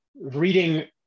reading